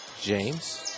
James